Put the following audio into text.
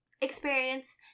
experience